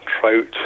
trout